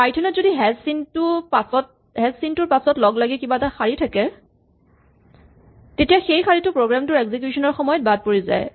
Python ত যদি hash চিনটোৰ পাছত লগ লাগি কিবা এটা শাৰী থাকে তেতিয়া সেই শাৰীটো প্ৰগ্ৰেম টোৰ এক্সিকিউচন ৰ সময়ত বাদ পৰি যায়